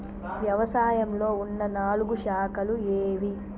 వ్యవసాయంలో ఉన్న నాలుగు శాఖలు ఏవి?